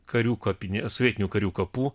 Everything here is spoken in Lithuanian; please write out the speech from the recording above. karių kapinėse sovietinių karių kapų